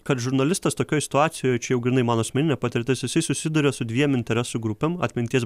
kad žurnalistas tokioj situacijoj čia jau grynai mano asmeninė patirtis jisai susiduria su dviem interesų grupėm atminties